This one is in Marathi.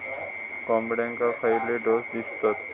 कोंबड्यांक खयले डोस दितत?